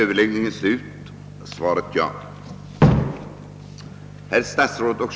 Herr talman!